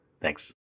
Thanks